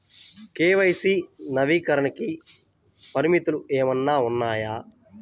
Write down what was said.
KYC నవీకరణకి పరిమితులు ఏమన్నా ఉన్నాయా?